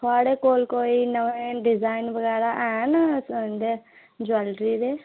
थोआड़े कोल कोई नमें डिजाइन बगैरा हैन जवैलरी दे